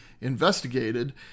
investigated